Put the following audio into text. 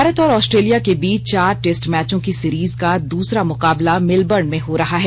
भारत और आस्ट्रेलिया के बीच चार टेस्ट मैचों की सिरीज का दूसरा मुकाबला मेलबर्न में हो रहा है